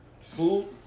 Food